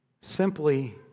simply